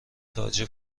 تاج